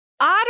otter